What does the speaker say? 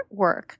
artwork